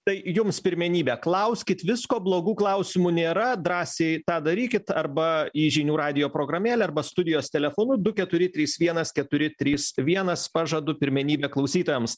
tai jums pirmenybė klauskit visko blogų klausimų nėra drąsiai tą darykit arba į žinių radijo programėlę arba studijos telefonu du keturi trys vienas keturi trys vienas pažadu pirmenybę klausytojams